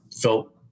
felt